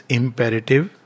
imperative